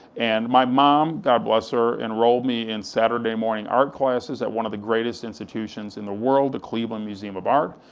and my mom, god bless her, enrolled me in saturday morning art classes at one of the greatest institutions in the world, the cleveland museum of art.